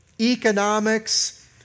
economics